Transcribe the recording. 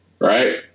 Right